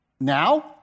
now